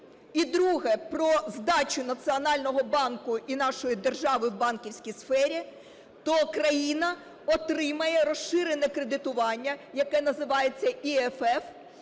і другий – про здачу Національного банку і нашої держави в банківській сфері, то країна отримає розширене кредитування, яке називається ЕFF,